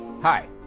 Hi